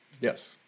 Yes